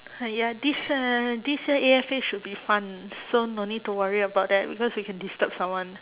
!haiya! this uh this year A_F_A should be fun ah so no need to worry about that because we can disturb someone